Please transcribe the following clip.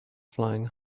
flying